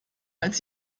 als